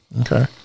Okay